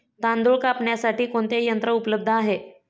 तांदूळ कापण्यासाठी कोणते यंत्र उपलब्ध आहे?